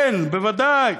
כן, בוודאי.